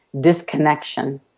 disconnection